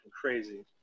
crazy